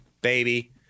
baby